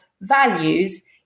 values